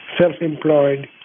self-employed